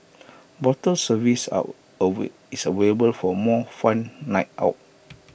bottle service are is available for more fun night out